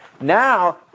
Now